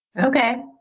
Okay